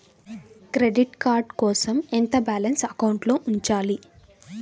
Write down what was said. Credit card కోసం ఎంత balance అకౌంట్లో ఉంచాలి?